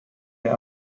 der